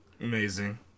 Amazing